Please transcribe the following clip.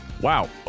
Wow